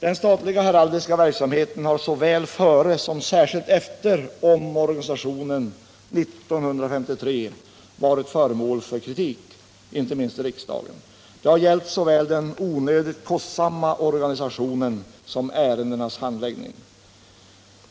Den statliga heraldiska verksamheten har såväl före som särskilt efter omorganisationen 1953 varit föremål för kritik, inte minst i riksdagen. Det har gällt såväl den onödigt kostsamma organisationen som ärendenas handläggning.